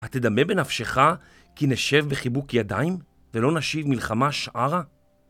התדמה בנפשך כי נשב בחיבוק ידיים ולא נשיב מלחמה שערה?